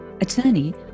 attorney